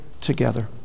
together